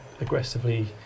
aggressively